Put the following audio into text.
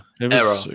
error